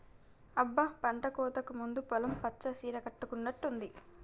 అబ్బ పంటకోతకు ముందు పొలం పచ్చ సీర కట్టుకున్నట్టుంది